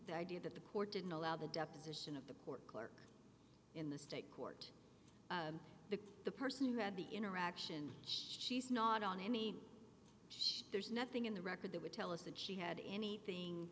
the idea that the court didn't allow the deposition the court clerk in the state court the the person who had the interaction she's not on any judge there's nothing in the record that would tell us that she had anything